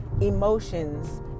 emotions